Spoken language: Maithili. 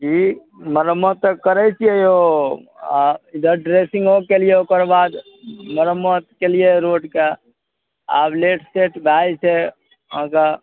जी मरम्मत तऽ करै छिए यौ आओर इधर ड्रेसिन्गो कएलिए ओकर बाद मरम्मत कएलिए रोडके आब लेट सेट भए जएतै अहाँके